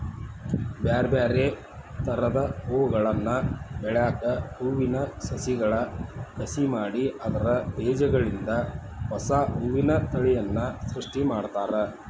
ಬ್ಯಾರ್ಬ್ಯಾರೇ ತರದ ಹೂಗಳನ್ನ ಬೆಳ್ಯಾಕ ಹೂವಿನ ಸಸಿಗಳ ಕಸಿ ಮಾಡಿ ಅದ್ರ ಬೇಜಗಳಿಂದ ಹೊಸಾ ಹೂವಿನ ತಳಿಯನ್ನ ಸೃಷ್ಟಿ ಮಾಡ್ತಾರ